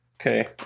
Okay